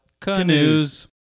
Canoes